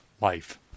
life